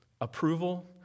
approval